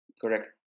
Correct